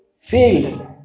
field